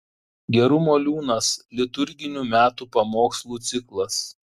gerumo liūnas liturginių metų pamokslų ciklas